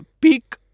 peak